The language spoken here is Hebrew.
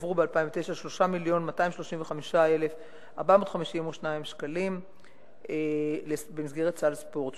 ב-2009 הועברו 3 מיליון ו-235,452 שקלים במסגרת סל ספורט,